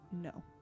no